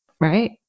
right